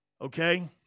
Okay